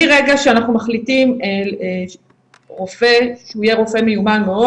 מרגע שאנחנו מחליטים שרופא שיהיה רופא מיומן מאוד